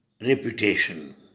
reputation